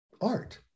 art